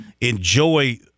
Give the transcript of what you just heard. enjoy